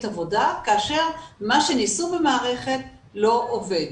עבודה כאשר מה שניסו במערכת לא עובד.